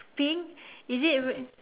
pink is it re~ ah